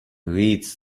reeds